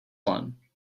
one